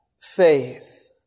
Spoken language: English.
faith